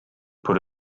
put